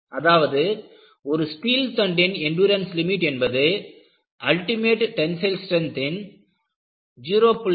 அதாவது ஒரு ஸ்டீல் தண்டின் எண்டுரன்ஸ் லிமிட் என்பது அல்டிமேட் டென்ஸைல் ஸ்ட்ரெங்த்தின் 0